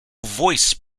voice